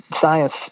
science